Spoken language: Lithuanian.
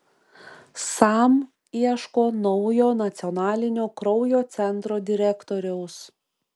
sam ieško naujo nacionalinio kraujo centro direktoriaus